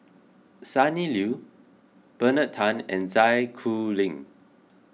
Sonny Liew Bernard Tan and Zai Kuning